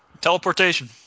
teleportation